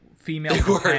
Female